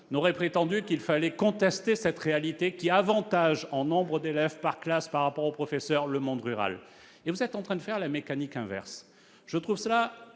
n'a prétendu qu'il fallait contester cette réalité, qui avantage, en nombre d'élèves par classe par rapport au professeur, le monde rural ; mais vous êtes en train de faire la mécanique inverse.